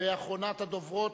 ואחרונת הדוברים,